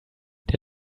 der